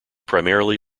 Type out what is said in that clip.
primarily